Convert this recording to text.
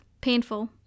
painful